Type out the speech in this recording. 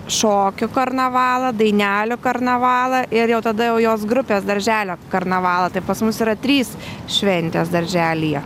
šokių karnavalą dainelių karnavalą ir jau tada jau jos grupės darželio karnavalą tai pas mus yra trys šventės darželyje